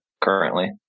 currently